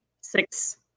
six